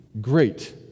Great